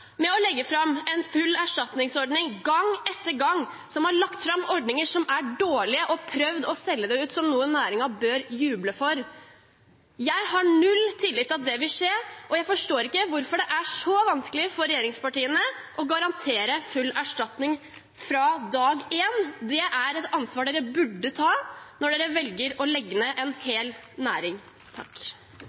med å legge fram en full erstatningsordning, som har lagt fram ordninger som er dårlige og prøvd å selge dem inn som noe næringen bør juble for? Jeg har null tillit til at det vil skje, og jeg forstår ikke hvorfor det er så vanskelig for regjeringspartiene å garantere full erstatning fra dag én. Det er et ansvar de burde ta, når de velger å legge ned en hel næring.